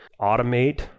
automate